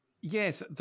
Yes